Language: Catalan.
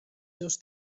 seus